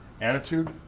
Attitude